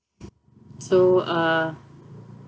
so uh